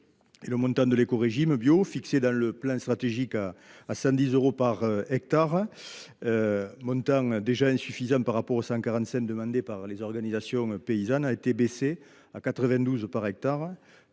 le montant de l’écorégime bio fixé dans le plan national stratégique à 110 euros par hectare – un montant déjà insuffisant par rapport aux 145 euros demandés par les organisations paysannes – a été abaissé par arrêté